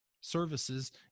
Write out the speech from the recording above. services